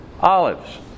Olives